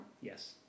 Yes